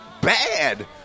bad